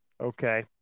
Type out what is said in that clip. okay